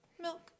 milk